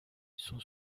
son